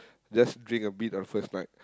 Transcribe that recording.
just drink a bit on first night